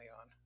on